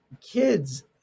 kids